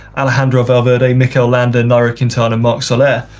alejandro valverde, mikel landon, nairo quintana, marc soler,